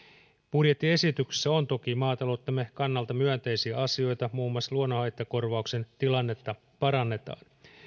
budjettiesityksessä on toki maataloutemme kannalta myönteisiä asioita muun muassa luonnonhaittakorvauksen tilannetta parannetaan